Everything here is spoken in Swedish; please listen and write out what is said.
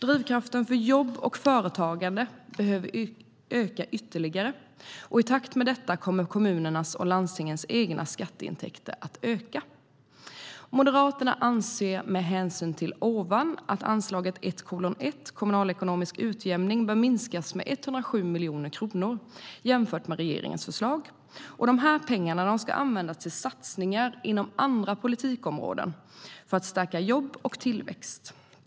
Drivkrafterna för jobb och företagande behöver öka ytterligare, och i takt med detta kommer kommunernas och landstingens egna skatteintäkter att öka. Moderaterna anser med hänsyn till det jag har sagt att anslaget 1:1 Kommunalekonomisk utjämning bör minskas med 107 miljoner kronor jämfört med regeringens förslag. Dessa pengar ska användas till satsningar inom andra politikområden för att stärka jobb och tillväxt.